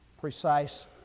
Precise